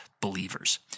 believers